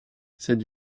cette